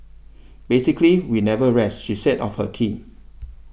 basically we never rest she said of her team